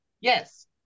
yes